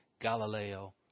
Galileo